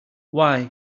why